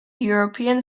european